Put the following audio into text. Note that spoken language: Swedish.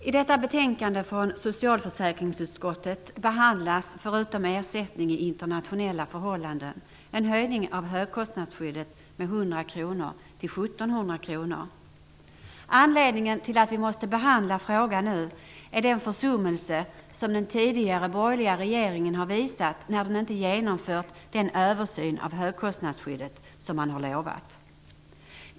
Fru talman! I detta betänkande från socialförsäkringsutskottet behandlas, förutom ersättning från sjukförsäkringen i internationella förhållanden, en höjning av högkostnadsskyddet med 100 kr till 1 700 kr. Anledningen till att vi måste behandla frågan nu är den försummelse som den tidigare borgerliga regeringen har visat när man inte har genomfört den översyn av högskostnadsskyddet som man lovade göra.